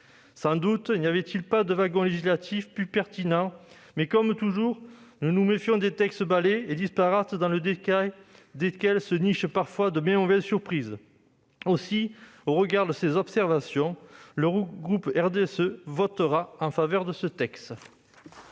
Sans doute n'y avait-il pas de wagon législatif plus pertinent, mais, comme toujours, nous nous méfions des textes balais et disparates, dans le détail desquels se nichent parfois de bien mauvaises surprises. Au regard de ces observations, le groupe du RDSE votera en faveur de ce texte.